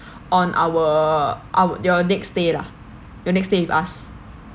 on our our your next stay lah your next stay with us